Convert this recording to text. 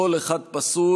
קול אחד פסול.